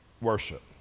Worship